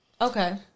okay